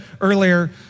earlier